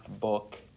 book